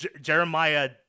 Jeremiah